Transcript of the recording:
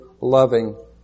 loving